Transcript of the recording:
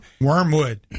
Wormwood